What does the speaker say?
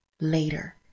later